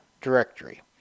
directory